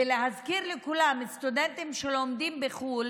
ולהזכיר לכולם שסטודנטים שלומדים בחו"ל